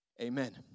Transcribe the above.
Amen